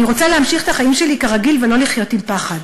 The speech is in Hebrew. אני רוצה להמשיך את החיים שלי כרגיל ולא לחיות עם פחד.